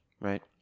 right